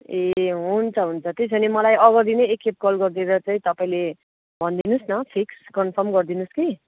ए हुन्छ हुन्छ त्यसो भने मलाई अगाडि नै एकखेप कल गरेर चाहिँ तपाईँले भनिदिनुहोस् न फिक्स कन्फर्म गरिदिनुहोस् कि